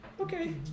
okay